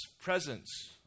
presence